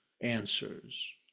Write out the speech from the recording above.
answers